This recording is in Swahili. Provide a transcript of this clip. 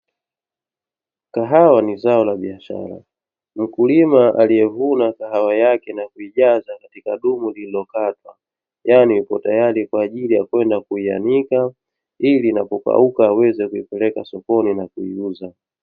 Kahawa ni zao la biashara mkulima aliyevuna kahawa yake na kuijaza katika dumu, yaani ipo tayari kwa ajili ya kwenda kuianika ili na kupauka aweze kuipeleka sokoni na kuiuza.